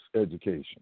education